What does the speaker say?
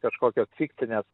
kažkokios fikcinės